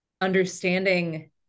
understanding